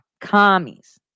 commies